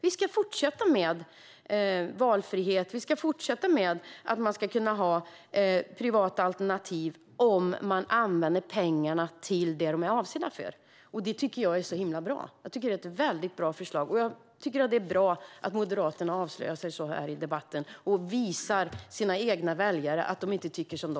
Vi ska fortsätta med valfrihet och privata alternativ om pengarna används till det de är avsedda för. Jag tycker att detta är ett väldigt bra förslag, och jag tycker att det är bra att Moderaterna avslöjar sig i debatten och visar sina egna väljare att de inte tycker som de.